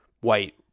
white